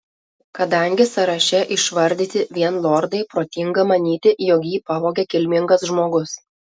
kadangi sąraše išvardyti vien lordai protinga manyti jog jį pavogė kilmingas žmogus